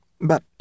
But